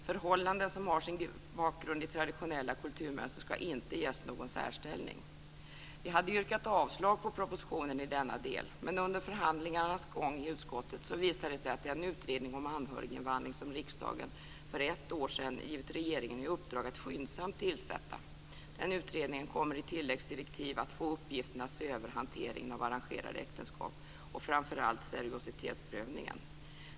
Förhållanden som har sin bakgrund i traditionella kulturmönster ska inte ges någon särställning. Vi hade yrkat avslag på propositionen i denna del. Men under förhandlingarnas gång i utskottet visade det sig att den utredning om anhöriginvandring som riksdagen för ett år sedan givit regeringen i uppdrag att skyndsamt tillsätta kommer i tilläggsdirektiv att få uppgiften att se över hanteringen av arrangerade äktenskap och framför allt seriositetsprövningen.